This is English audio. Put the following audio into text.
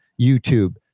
YouTube